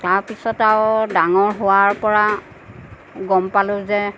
তাৰ পিছত আৰু ডাঙৰ হোৱাৰ পৰা গম পালোঁ যে